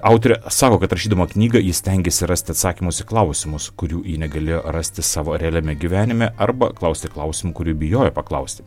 autorė sako kad rašydama knygą ji stengėsi rasti atsakymus į klausimus kurių ji negalėjo rasti savo realiame gyvenime arba klausti klausimų kurių bijojo paklausti